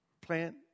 plant